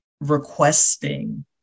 requesting